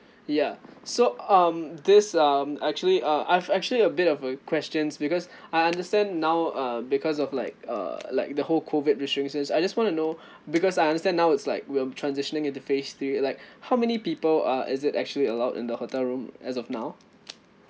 ya so um this um actually uh I've actually a bit of a questions because I understand now uh because of like uh like the whole COVID restrictions I just want to know because I understand now it's like we're transitioning into phrase three like how many people uh is it actually allowed in the hotel room as of now